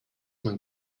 man